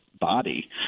body